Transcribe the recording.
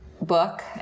book